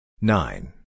Nine